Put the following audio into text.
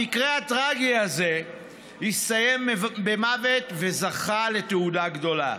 המקרה הטרגי הזה הסתיים במוות, וזכה לתהודה גדולה.